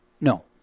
No